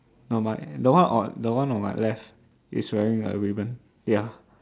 no my the one on the one on my left is wearing a ribbon ya